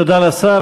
תודה לשר.